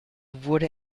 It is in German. wurde